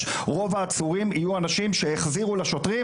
רוב העצורים יהיו אנשים שהחזירו לשוטרים,